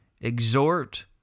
exhort